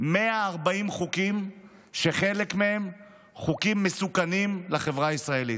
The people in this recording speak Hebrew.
140 חוקים שחלק מהם מסוכנים לחברה הישראלית,